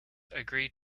agreed